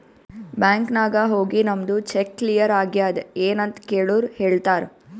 bank ನಾಗ್ ಹೋಗಿ ನಮ್ದು ಚೆಕ್ ಕ್ಲಿಯರ್ ಆಗ್ಯಾದ್ ಎನ್ ಅಂತ್ ಕೆಳುರ್ ಹೇಳ್ತಾರ್